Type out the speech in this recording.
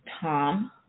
Tom